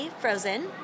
Frozen